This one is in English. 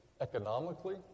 economically